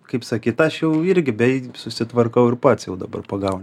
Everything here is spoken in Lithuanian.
kaip sakyt aš jau irgi bei susitvarkau ir pats jau dabar pagaunu